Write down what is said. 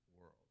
world